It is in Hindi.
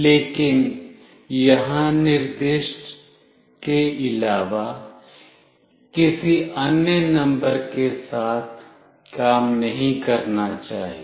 लेकिन यहां निर्दिष्ट के अलावा किसी अन्य नंबर के साथ काम नहीं करना चाहिए